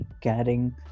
caring